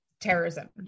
terrorism